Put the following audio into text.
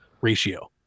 ratio